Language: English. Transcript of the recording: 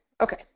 Okay